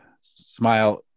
smile